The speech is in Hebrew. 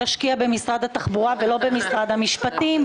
ישקיע במשרד התחבורה ולא במשרד המשפטים,